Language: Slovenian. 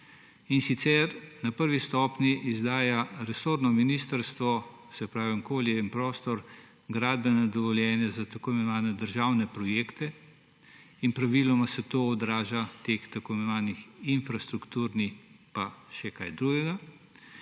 In sicer na prvi stopnji izdaja resorno ministrstvo, se pravi za okolje in prostor, gradbena dovoljenja za tako imenovane državne projekte in praviloma se to odraža v teh tako imenovanih infrastrukturnih in še kaj drugega.